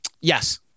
Yes